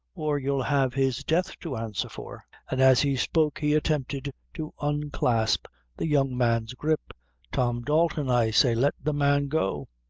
or you'll have his death to answer for and as he spoke he attempted to unclasp the young man's grip tom dalton, i say, let the man go.